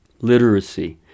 Literacy